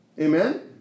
Amen